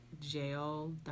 jail